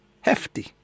hefty